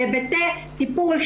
ובזה - טיפול,